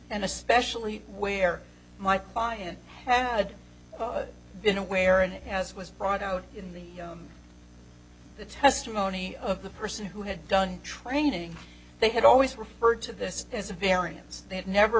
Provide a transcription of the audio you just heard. and especially where my client had been aware and as was brought out in the the testimony of the person who had done training they had always referred to this as a variance they'd never